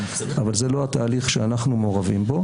אבל זה לא התהליך שאנחנו מעורבים בו.